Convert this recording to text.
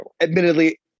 Admittedly